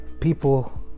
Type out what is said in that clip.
people